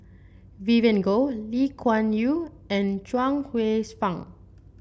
Vivien Goh Lee Kuan Yew and Chuang Hsueh Fang